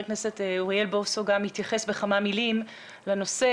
הכנסת אוריאל בוסו גם יתייחס בכמה מילים לנושא.